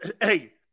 hey